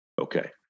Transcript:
Okay